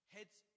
Heads